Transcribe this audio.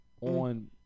on